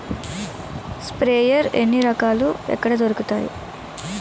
Sprayer ఎన్ని రకాలు? ఎక్కడ దొరుకుతాయి?